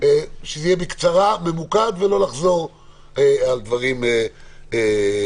בקצרה, ממוקד, ולא לחזור על דברים נוספים.